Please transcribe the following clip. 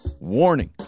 Warning